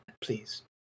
please